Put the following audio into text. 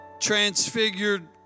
transfigured